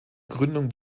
gründung